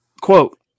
Quote